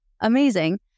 Amazing